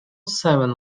seven